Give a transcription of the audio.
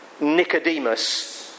Nicodemus